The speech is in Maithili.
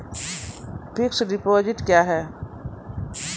फिक्स्ड डिपोजिट क्या हैं?